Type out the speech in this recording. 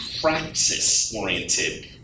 practice-oriented